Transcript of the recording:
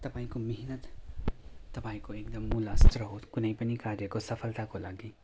तपाईँको मेहनत तपाईँको एकदम मूल अस्त्र हो कुनै पनि कार्यको सफलताको लागि